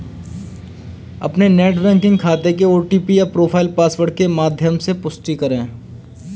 अपने net banking खाते के ओ.टी.पी या प्रोफाइल पासवर्ड के माध्यम से पुष्टि करें